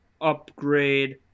upgrade